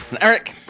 eric